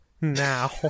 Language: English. Now